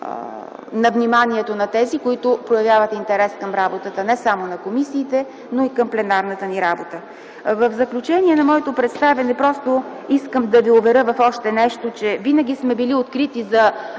на вниманието на тези, които проявяват интерес към работата не само на комисиите, но и към пленарната ни работа. В заключение на моето представяне искам да ви уверя, че винаги сме били открити за